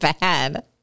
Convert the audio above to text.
bad